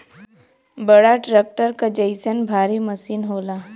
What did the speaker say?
बड़ा ट्रक्टर क जइसन भारी मसीन होला